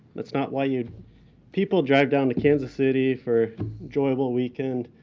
that's not why you people drive down to kansas city for enjoyable weekend,